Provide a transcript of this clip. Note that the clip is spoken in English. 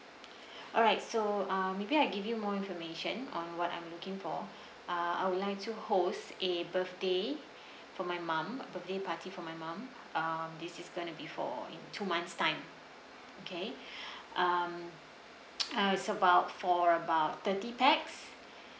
alright so uh maybe I give you more information on what I'm looking for uh I would like to host a birthday for my mum a birthday party for my mum um this is going to be for two months time okay um it's about for about thirty pax